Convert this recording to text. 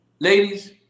Ladies